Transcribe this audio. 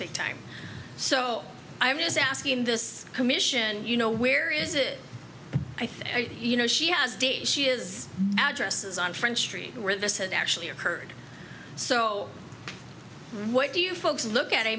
big time so i'm just asking this commission you know where is it i think you know she has she is addresses on french street where this has actually occurred so what do you folks look at i